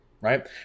right